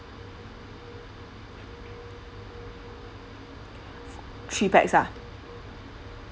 three pax ah